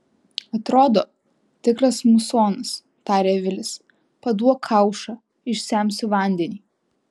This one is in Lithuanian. atrodo tikras musonas tarė vilis paduok kaušą išsemsiu vandenį